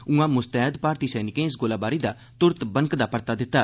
ऊआं मुस्तैद भारती सैनिकें इस गोलीबारी दा तुरन्त बनकदा परता दित्ता